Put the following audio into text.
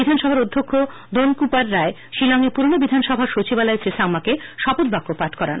বিধানসভার অধ্যক্ষ দোনকুম্পার রায় শিলঙে পুরনো বিধানসভা সচিবালয়ে শ্রী সাংমাকে শপথ বাক্য পাঠ করান